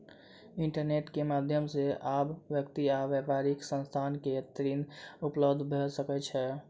internet के माध्यम से आब व्यक्ति आ व्यापारिक संस्थान के ऋण उपलब्ध भ सकै छै